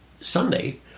Sunday